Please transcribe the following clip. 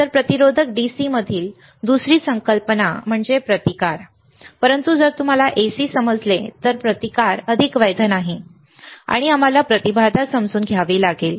तर प्रतिरोधक DC मधील दुसरी संकल्पना म्हणजे प्रतिकार बरोबर परंतु जर तुम्हाला AC समजले तर प्रतिकार अधिक वैध नाही आणि आम्हाला प्रतिबाधा समजून घ्यावी लागेल